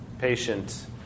patient